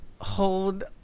hold